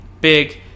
big